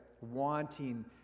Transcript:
wanting